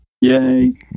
yay